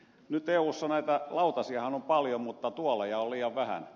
nyt eussa näitä lautasiahan on paljon mutta tuoleja on liian vähän